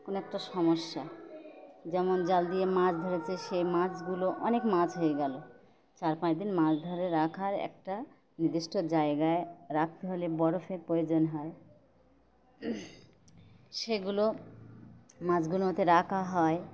কোনো একটা সমস্যা যেমন জাল দিয়ে মাছ ধরেছে সেই মাছগুলো অনেক মাছ হয়ে গেল চার পাঁচ দিন মাছ ধরে রাখার একটা নির্দিষ্ট জায়গায় রাখতে হলে বরফের প্রয়োজন হয় সেগুলো মাছগুলো ওতে রাখা হয়